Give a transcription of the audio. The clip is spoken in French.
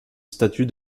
statue